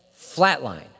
flatline